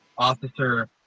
officer